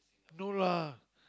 no lah